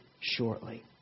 shortly